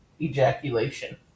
ejaculation